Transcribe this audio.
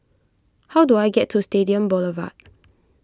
how do I get to Stadium Boulevard